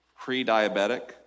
pre-diabetic